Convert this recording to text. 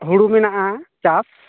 ᱦᱩᱲᱩ ᱢᱮᱱᱟᱜᱼᱟ ᱪᱟᱥ